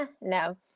no